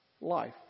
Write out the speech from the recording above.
life